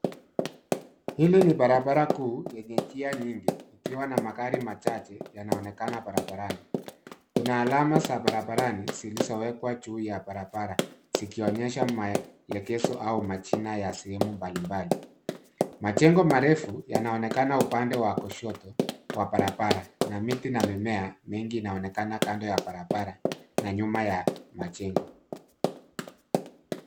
Hili ni barabara kuu yenye njia nyingi ikiwa na magari machache yanaonekana barabarani. Kuna alama za barabarani zilizowekwa juu ya barabara, zikionyesha maelekezo au majina ya sehemu mbalimbali. Majengo marefu yanaonekana upande wa kushoto wa barabara na miti na mimea mingi inaonekana kando ya barabara na nyuma ya majengo.